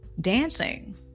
dancing